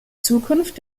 zukunft